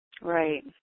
right